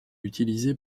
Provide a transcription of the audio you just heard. utilisée